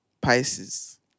Pisces